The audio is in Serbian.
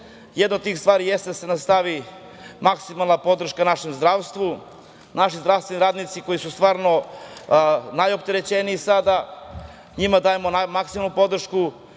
Jedna od tih stvari jeste da se nastavi maksimalna podrška našem zdravstvu. Naši zdravstveni radnici koji su stvarno najopterećeniji sada, njima dajemo maksimalnu podršku,